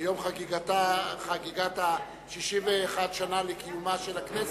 ביום חגיגת 61 השנה לקיומה של הכנסת,